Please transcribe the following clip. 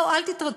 לא, אל תתרגשו,